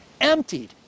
emptied